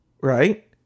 right